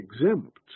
exempt